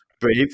brave